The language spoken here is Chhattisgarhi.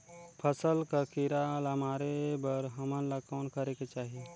फसल कर कीरा ला मारे बर हमन ला कौन करेके चाही?